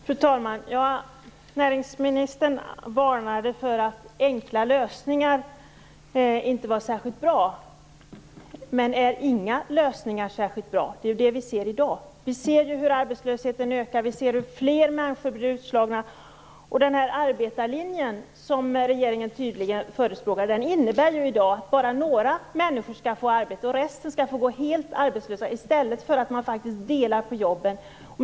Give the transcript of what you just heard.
Fru talman! Näringsministern varnade för att enkla lösningar inte var särskilt bra. Men är inga lösningar särskilt bra? Det är ju det vi ser i dag. Vi ser hur arbetslösheten ökar, och vi ser hur fler människor blir utslagna. Och den arbetarlinje som regeringen tydligen förespråkar innebär i dag att bara några människor skall få arbete. Resten skall få gå helt arbetslösa i stället för att man faktiskt delar på jobben.